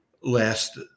last